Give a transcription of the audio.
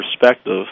perspective